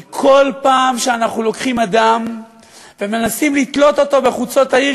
כי כל פעם שאנחנו לוקחים אדם ומנסים לתלות אותו בחוצות העיר,